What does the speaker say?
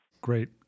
Great